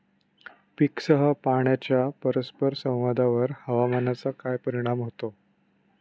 पीकसह पाण्याच्या परस्पर संवादावर हवामानाचा काय परिणाम होतो?